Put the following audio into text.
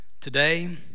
Today